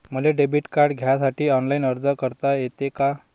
मले debit card घ्यासाठी online अर्ज करता येते का?